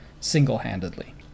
single-handedly